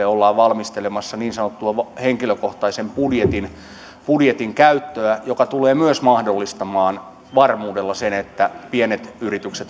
ollaan valmistelemassa niin sanottua henkilökohtaisen budjetin budjetin käyttöä joka tulee myös mahdollistamaan varmuudella sen että pienet yritykset